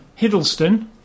Hiddleston